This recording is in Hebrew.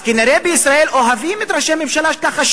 אז כנראה בישראל אוהבים את ראשי הממשלה ככה,